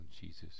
jesus